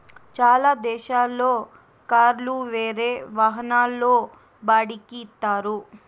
చాలా దేశాల్లో కార్లు వేరే వాహనాల్లో బాడిక్కి ఇత్తారు